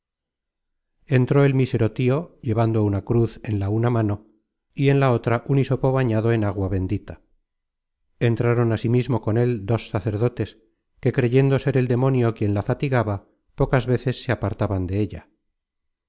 entró el mísero tio llevando una cruz en la una mano y en la otra un hisopo bañado en agua bendita entraron asimismo con él dos sacerdotes que creyendo ser el demonio quien la fatigaba pocas veces se apartaban della